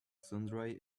sundry